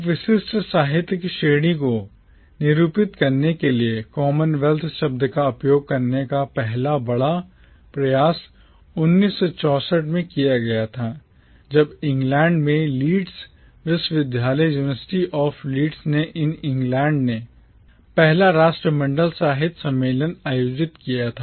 एक विशिष्ट साहित्यिक श्रेणी को निरूपित करने के लिए कॉमनवेल्थ शब्द का उपयोग करने का पहला बड़ा प्रयास 1964 में किया गया था जब इंग्लैंड में लीड्स विश्वविद्यालय University of Leeds in England ने पहला राष्ट्रमंडल साहित्य सम्मेलन आयोजित किया था